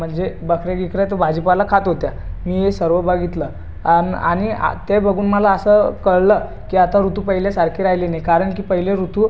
म्हणजे बकऱ्या गिकऱ्या तो भाजीपाला खात होत्या मी हे सर्व बगितलं अन् आणि आ ते बघून मला असं कळलं की आता ऋतू पहिलेसारखे राहिले नाही कारण की पहिले ऋतू